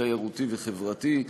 תיירותי וחברתי.